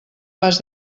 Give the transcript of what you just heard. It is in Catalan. pas